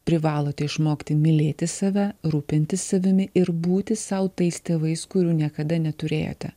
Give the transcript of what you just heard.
privalote išmokti mylėti save rūpintis savimi ir būti sau tais tėvais kurių niekada neturėjote